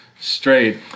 straight